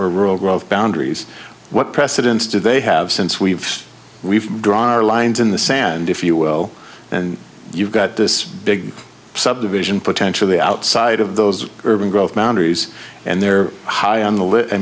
or rural growth boundaries what precedents do they have since we've we've drawn our lines in the sand if you will and you've got this big subdivision potentially outside of those urban growth mounties and they're high on the